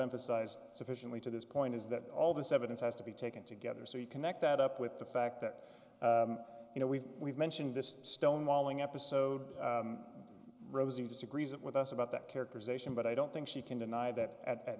emphasized sufficiently to this point is that all this evidence has to be taken together so you connect that up with the fact that you know we've we've mentioned this stonewalling episode rosie disagrees with us about that characterization but i don't think she can deny that at